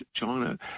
China